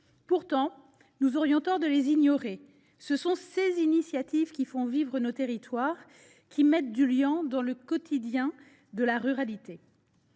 Pourtant, nous aurions tort de les ignorer. Ce sont ces initiatives qui font vivre nos territoires, qui mettent du liant dans le quotidien de la ruralité.